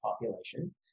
population